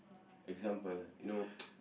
example you know